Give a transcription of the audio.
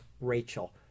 Rachel